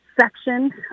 section